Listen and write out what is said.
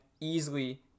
easily